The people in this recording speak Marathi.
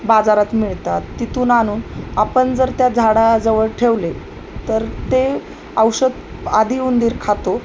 बाजारात मिळतात तिथून आणून आपण जर त्या झाडाजवळ ठेवले तर ते औषध आधी उंदीर खातो